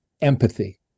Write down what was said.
empathy